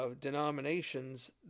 denominations